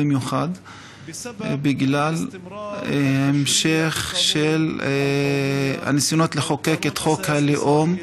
בייחוד בגלל ההמשך של הניסיונות לחוקק את חוק הלאום,